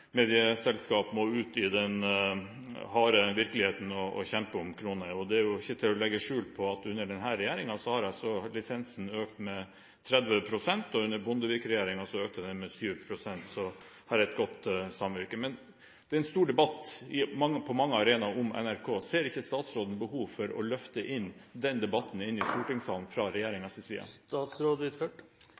medieselskap må ut i den harde virkeligheten og kjempe om kronene. Det er ikke til å legge skjul på at under denne regjeringen har lisensen økt med 30 pst. – under Bondevik-regjeringen økte den med 7 pst. – så her er det et godt samvirke. Det er en stor debatt på mange arenaer om NRK. Ser ikke statsråden behov for fra regjeringens side å løfte den debatten inn i stortingssalen?